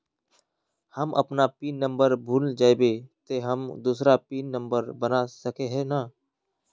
हम अपन pin number भूल जयबे ते हम दूसरा पिन नंबर बना सके है नय?